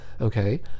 Okay